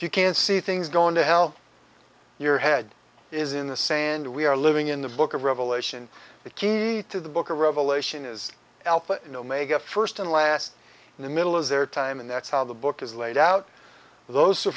you can see things going to hell your head is in the sand we are living in the book of revelation the key to the book of revelation is alpha and omega first and last in the middle is their time and that's how the book is laid out for those